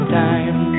time